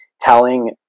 telling